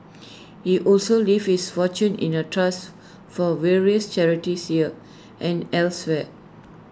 he also leaves his fortune in A trust for various charities here and elsewhere